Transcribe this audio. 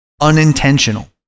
Unintentional